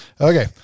Okay